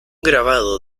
grabado